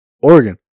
Oregon